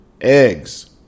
eggs